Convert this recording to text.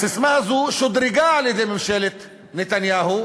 הססמה הזו שודרגה על-ידי ממשלת נתניהו,